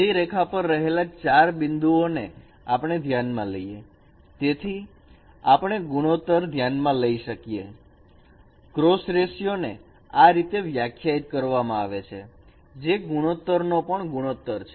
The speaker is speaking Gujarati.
સીધી રેખા પર રહેલા ચાર બિંદુઓને આપણે ધ્યાનમાં લઈએ તેથી આપણે ગુણોત્તર ધ્યાનમાં લઇ શકીએ ક્રોસ રેશીયો ને આ રીતે વ્યાખ્યાયિત કરવામાં આવે છે જે ગુણોત્તર નો પણ ગુણોત્તર છે